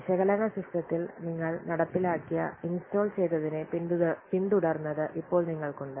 വിശകലന സിസ്റ്റത്തിൽ നിങ്ങൾ നടപ്പിലാക്കിയ ഇൻസ്റ്റാൾ ചെയ്തതിനെ പിന്തുടർന്നത് ഇപ്പോൾ നിങ്ങൾക്കുണ്ട്